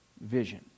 vision